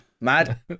Mad